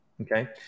okay